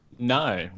No